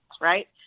right